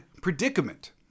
predicament